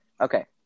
Okay